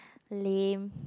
lame